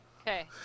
Okay